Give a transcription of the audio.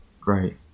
great